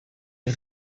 est